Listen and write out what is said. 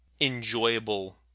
enjoyable